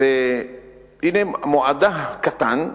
ומוועדה קטנה,